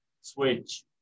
switch